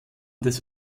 des